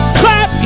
clap